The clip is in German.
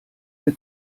der